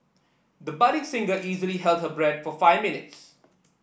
the budding singer easily held her breath for five minutes